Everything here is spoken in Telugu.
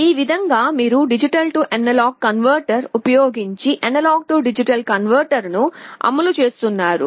ఈ విధంగా మీరు D A కన్వర్టర్ ఉపయోగించి A D కన్వర్టర్ను అమలు చేస్తున్నారు